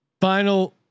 Final